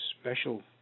special